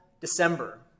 December